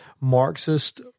Marxist